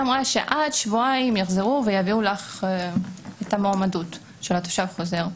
והיא אמר: עד שבועיים יחזרו ויביאו לך את המעמד של תושב חוזר.